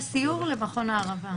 סיור למכון הערבה.